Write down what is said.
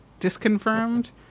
disconfirmed